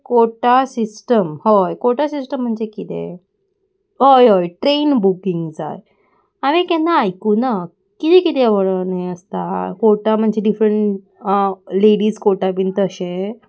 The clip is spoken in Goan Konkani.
कोटा सिस्टम हय कोटा सिस्टम म्हणजे किदें हय हय ट्रेन बुकींग जाय हांवें केन्ना आयकुना किदें किदें म्हणून हें आसता कोटा म्हणजे डिफरंट लेडीज कोटा बीन तशें